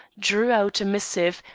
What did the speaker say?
drew out a missive,